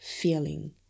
feeling